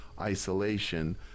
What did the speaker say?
isolation